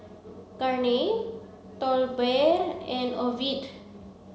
Garnet Tolbert and Ovid